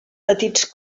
petits